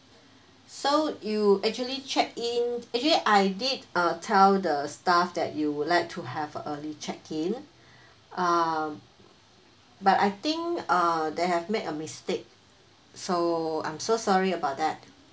so you actually check in actually I did uh tell the staff that you would like to have early check-in um but I think uh they have made a mistake so I'm so sorry about that